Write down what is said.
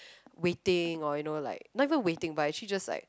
waiting or you know like not even waiting but actually just like